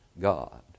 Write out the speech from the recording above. God